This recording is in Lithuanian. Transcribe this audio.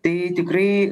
tai tikrai